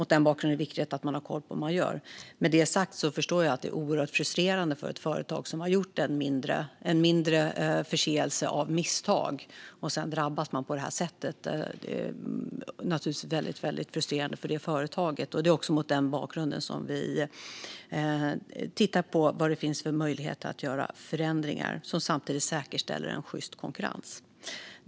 Mot den bakgrunden är det viktigt att man har koll på vad man gör. Med det sagt förstår jag att det är oerhört frustrerande för ett företag som av misstag har gjort sig skyldigt till en mindre förseelse att sedan drabbas på det här sättet. Det är naturligtvis väldigt frustrerande för det företaget, och det är också mot den bakgrunden som vi tittar på vad det finns för möjligheter att göra förändringar som samtidigt säkerställer en sjyst konkurrens.